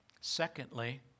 Secondly